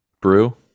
brew